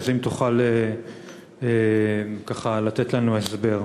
אז אם תוכל לתת לנו הסבר.